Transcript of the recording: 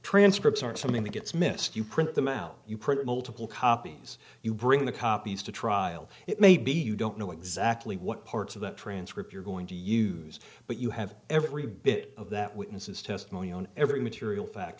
transcripts are something that gets missed you print them out you print multiple copies you bring the copies to trial it may be you don't know exactly what parts of the transcript you're going to use but you have every bit of that witness's testimony on every material fact